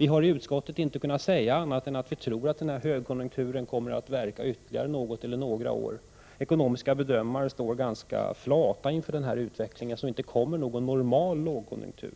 I utskottet har vi inte kunnat säga annat än att vi tror att högkonjunkturen kommer att verka ytterligare något eller några år. Ekonomiska bedömare står ganska flata inför denna utveckling, eftersom det inte kommer någon ”normal” lågkonjunktur.